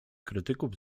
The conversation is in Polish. krytyków